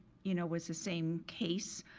you know, was the same case.